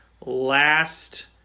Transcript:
last